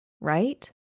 right